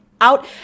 out